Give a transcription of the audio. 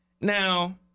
Now